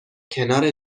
کنار